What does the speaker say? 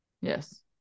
Yes